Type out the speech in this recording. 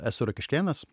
esu rokiškėnas